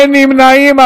אין נמנעים.